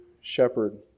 shepherd